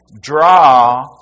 Draw